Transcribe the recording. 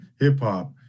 hip-hop